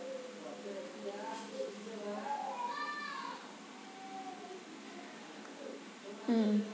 hmm